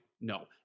No